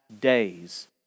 days